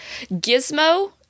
Gizmo